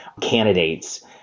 candidates